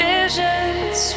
Visions